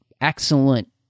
excellent